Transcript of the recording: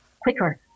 quicker